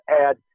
add